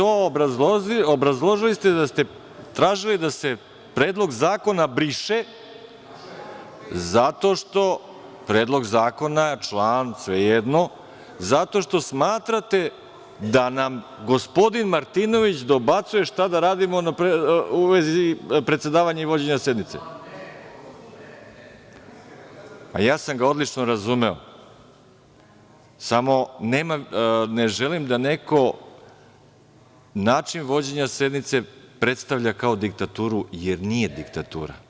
Obrazložili ste da ste tražili da se Predlog zakona briše zato što smatrate da nam gospodin Martinović dobacuje šta da radimo u vezi predsedavanja i vođenja sednice. (Zoran Krasić: Ne, ne.) Ma ja sam ga odlično razumeo, samo ne želim da neko način vođenja sednice predstavlja kao diktaturu, jer nije diktatura.